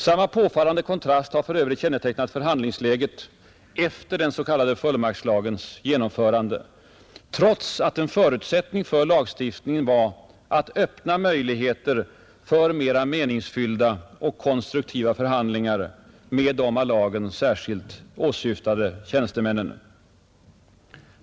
Samma påfallande kontrast har för övrigt kännetecknat förhandlingsläget efter den s.k. fullmaktslagens genomförande, trots att en förutsättning för lagstiftningen var att öppna möjligheter för mera meningsfyllda och konstruktiva förhandlingar med de av lagen särskilt åsyftade tjänstemännen.